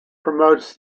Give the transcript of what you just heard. promotes